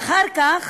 ואחר כך